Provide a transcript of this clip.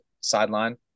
sideline